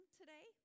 today